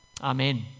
Amen